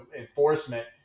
enforcement